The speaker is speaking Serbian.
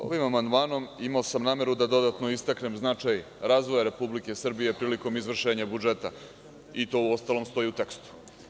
Ovim amandmanom imao sam nameru da dodatno istaknem značaj razvoja Republike Srbije prilikom izvršenja budžeta i to uostalom stoji u tekstu.